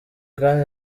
kandi